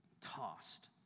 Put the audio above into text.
tossed